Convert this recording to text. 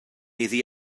iddi